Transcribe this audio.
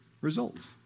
results